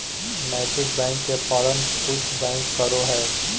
नैतिक बैंक के पालन कुछ बैंक करो हइ